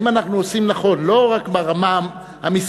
אם אנחנו עושים נכון לא רק ברמה המסחרית